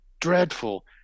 dreadful